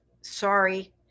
Sorry